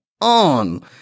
on